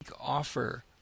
offer